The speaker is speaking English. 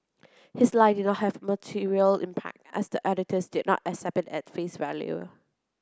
his lie did not have material impact as the auditors did not accept it at face value